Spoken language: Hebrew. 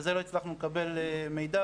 על זה לא הצלחנו לקבל מידע,